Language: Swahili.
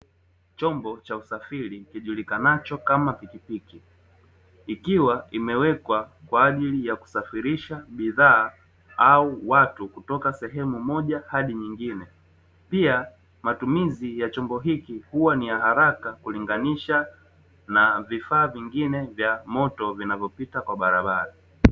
Chombo cha usafiri kijulikanacho kama pikipiki ikiwa imewekwa kwa ajili ya kusafirisha bidhaa au watu kutoka sehemu moja hadi nyingine. Pia matumizi ya chombo hiki huwa ya haraka kulinganisha na vifaa vingine vya moto vinavyopita kwa barabara.